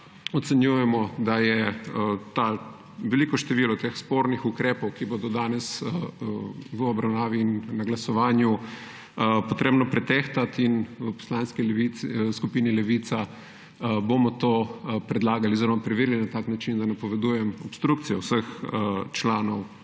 ocenjujemo, da je veliko število teh spornih ukrepov, ki bodo danes v obravnavi in na glasovanju, treba pretehtati. V Poslanski skupini Levica bomo to predlagali oziroma preverili na tak način, da napovedujemo obstrukcijo vseh članov